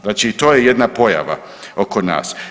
Znači i to je jedna pojava oko nas.